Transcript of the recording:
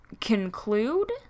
conclude